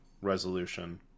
resolution